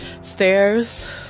Stairs